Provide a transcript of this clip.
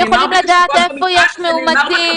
הם יכולים לדעת איפה יש מאומתים,